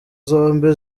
zombi